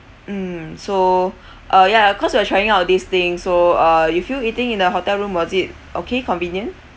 mm so uh ya cause we're trying out of these thing so uh you feel eating in the hotel room was it okay convenient